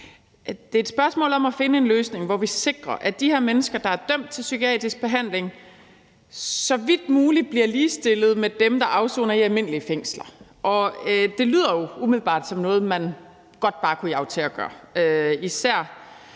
Det er et spørgsmål om at finde en løsning, hvor vi sikrer, at de her mennesker, der er dømt til psykiatrisk behandling, så vidt muligt bliver ligestillet med dem, der afsoner i almindelige fængsler. Det lyder jo umiddelbart som noget, man godt bare kunne jage til at gøre, især